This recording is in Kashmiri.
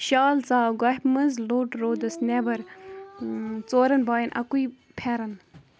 شال ژاو گۄپھِ منٛز لوٚٹ روٗدَس نٮ۪بر ژورَن بایَن اَکُے پھٮ۪رن